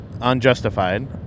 unjustified